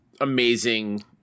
amazing